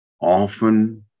Often